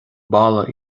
balla